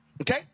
Okay